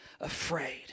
afraid